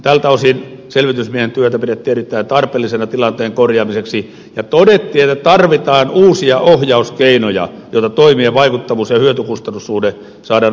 tältä osin selvitysmiehen työtä pidettiin erittäin tarpeellisena tilanteen korjaamiseksi ja todettiin että tarvitaan uusia ohjauskeinoja jotta toimien vaikuttavuus ja hyötykustannus suhde saadaan asianmukaiselle tasolle